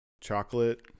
chocolate